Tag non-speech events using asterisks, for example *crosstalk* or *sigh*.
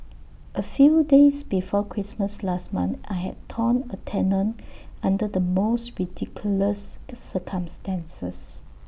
A few days before Christmas last month I had torn A tendon under the most ridiculous *noise* circumstances